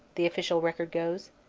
the official record goes.